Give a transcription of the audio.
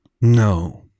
No